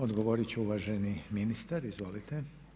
Odgovoriti će uvaženi ministar, izvolite.